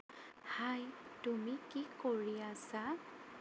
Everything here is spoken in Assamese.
হাই তুমি কি কৰি আছা